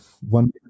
one